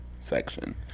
Section